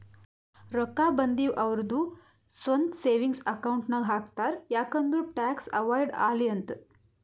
ರೊಕ್ಕಾ ಬಂದಿವ್ ಅವ್ರದು ಸ್ವಂತ ಸೇವಿಂಗ್ಸ್ ಅಕೌಂಟ್ ನಾಗ್ ಹಾಕ್ತಾರ್ ಯಾಕ್ ಅಂದುರ್ ಟ್ಯಾಕ್ಸ್ ಅವೈಡ್ ಆಲಿ ಅಂತ್